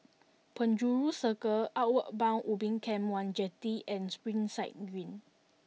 Penjuru Circle Outward Bound Ubin Camp One Jetty and Springside Green